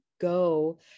go